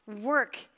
work